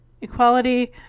equality